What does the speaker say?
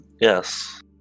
yes